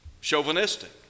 chauvinistic